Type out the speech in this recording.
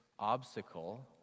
Obstacle